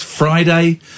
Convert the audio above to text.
Friday